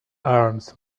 arms